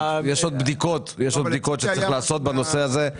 יש עוד בדיקות שצריך לעשות בנושא הזה.